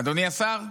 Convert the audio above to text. אדוני השר,